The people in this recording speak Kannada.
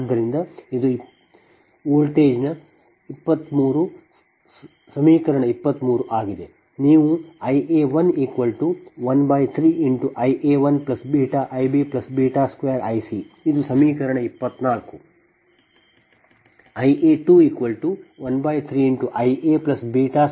ಆದ್ದರಿಂದ ಇದು 23 ವೋಲ್ಟೇಜ್ನ ಸಮೀಕರಣವಾಗಿದೆ ನೀವು Ia113IaβIb2Ic ಇದು ಸಮೀಕರಣ 24